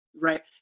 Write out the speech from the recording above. Right